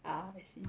ah I see